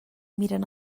miren